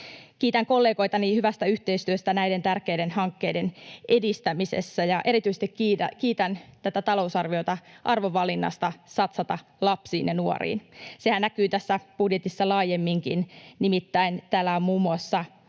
Kiitän kollegoitani hyvästä yhteistyöstä näiden tärkeiden hankkeiden edistämisessä, ja erityisesti kiitän tätä talousarviota arvovalinnasta satsata lapsiin ja nuoriin. Sehän näkyy tässä budjetissa laajemminkin, nimittäin täällä on muun muassa